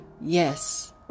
yes